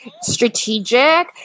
strategic